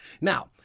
Now